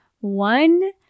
One